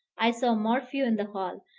i saw morphew in the hall,